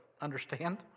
understand